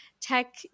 tech